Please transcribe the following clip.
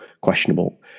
questionable